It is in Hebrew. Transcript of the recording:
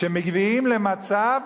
שמביאים למצב,